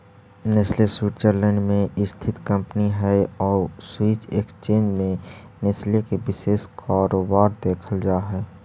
Nestle Switzerland में स्थित company हइ आउ स्विस एक्सचेंज में नेस्ले के विशेष कारोबार देखल जा हइ